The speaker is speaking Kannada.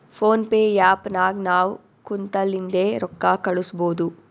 ಫೋನ್ ಪೇ ಆ್ಯಪ್ ನಾಗ್ ನಾವ್ ಕುಂತಲ್ಲಿಂದೆ ರೊಕ್ಕಾ ಕಳುಸ್ಬೋದು